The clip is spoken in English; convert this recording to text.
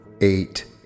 eight